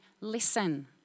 listen